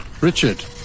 Richard